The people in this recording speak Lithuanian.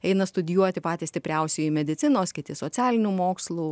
eina studijuoti patys stipriausieji medicinos kiti socialinių mokslų